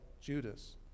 Judas